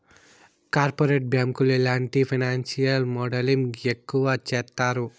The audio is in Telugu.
కార్పొరేట్ బ్యాంకులు ఇలాంటి ఫైనాన్సియల్ మోడలింగ్ ఎక్కువ చేత్తాయి